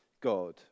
God